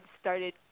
started –